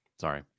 Sorry